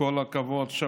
כל הכבוד.